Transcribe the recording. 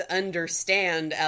understand